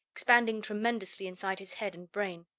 expanding tremendously inside his head and brain.